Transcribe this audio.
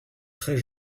très